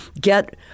get